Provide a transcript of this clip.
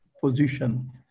position